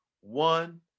One